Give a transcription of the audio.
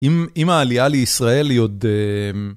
אם העלייה לישראל היא עוד...